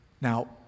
Now